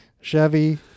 Chevy